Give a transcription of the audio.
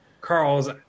Carl's